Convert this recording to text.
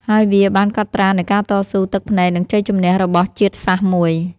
ហើយវាបានកត់ត្រានូវការតស៊ូ ទឹកភ្នែក និងជ័យជម្នះរបស់ជាតិសាសន៍មួយ។